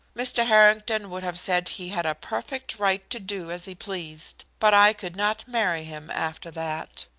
mr. harrington would have said he had a perfect right to do as he pleased. but i could not marry him after that.